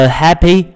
happy